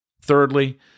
Thirdly